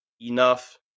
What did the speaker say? enough